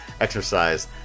exercise